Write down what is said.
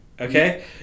Okay